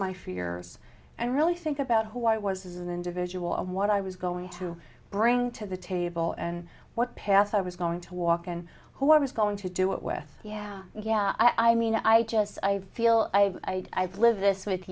my fears and really think about who i was as an individual and what i was going to bring to the table and what paths i was going to walk and who i was going to do it with yeah yeah i mean i just i feel i live this with